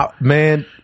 man